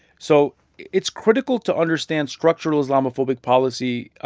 so it's critical to understand structural islamophobic policy,